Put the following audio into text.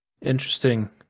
Interesting